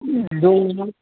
दंमोन